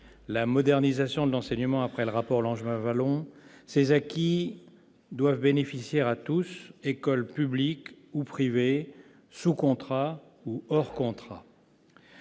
la modernisation de l'enseignement à la suite du rapport Langevin-Wallon : ces acquis doivent bénéficier à tous, écoles publiques ou privées, sous contrat ou hors contrat.